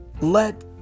let